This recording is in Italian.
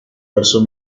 verso